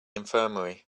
infirmary